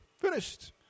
Finished